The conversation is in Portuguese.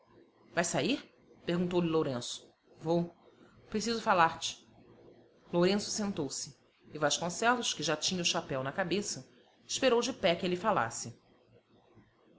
vais sair perguntou-lhe lourenço vou preciso falar-te lourenço sentou-se e vasconcelos que já tinha o chapéu na cabeça esperou de pé que ele falasse